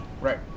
Right